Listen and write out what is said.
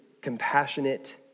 compassionate